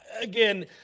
again